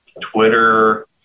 Twitter